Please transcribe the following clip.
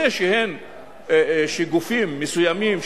וכל מה שאני בא ואומר בהצעת החוק הזאת הוא,